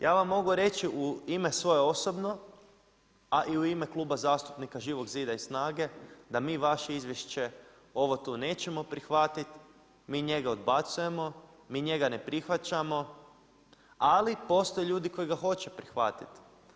Ja vam mogu reći u ime svoje osobno, a i u ime Kluba zastupnika Živog zida i SNAGA-e, da mi vaše izvješće ovo tu nećemo prihvatiti, mi njega odbacujemo, mi njega ne prihvaćamo, ali postoje ljudi koji ga hoće prihvatit.